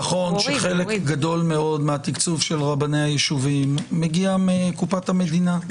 נכון שחלק גדול מאוד מהתקצוב של רבני היישובים מגיע מקופת המדינה.